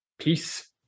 Peace